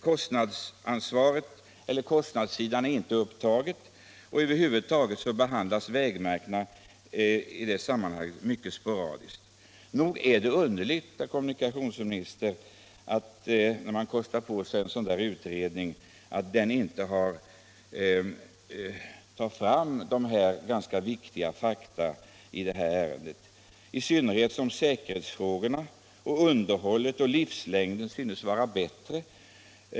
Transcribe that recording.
Kostnadssidan är inte upptagen, och över huvud taget behandlas vägmärken i det sammanhanget mycket sporadiskt. Nog är det underligt, herr kommunikationsminister, att när man kostar på sig en sådan utredning den då inte tar fram dessa viktiga fakta, i synnerhet som säkerheten, underhållet och livslängden synes vara bättre hos innerbelysta märken.